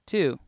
Two